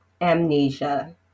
amnesia